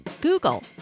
Google